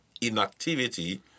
inactivity